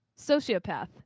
Sociopath